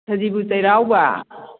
ꯁꯖꯤꯕꯨ ꯆꯩꯔꯥꯎꯕ